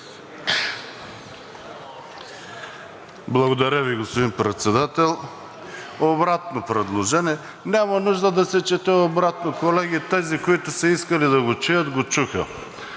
Благодаря Ви, господин Председател. Обратно предложение – няма нужда да се чете отново, колеги. Тези, които са искали да го чуят, го чуха.